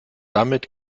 damit